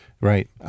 Right